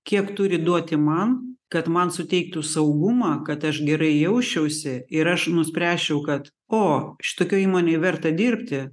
kiek turi duoti man kad man suteiktų saugumą kad aš gerai jausčiausi ir aš nuspręsčiau kad o šitokioj įmonėj verta dirbti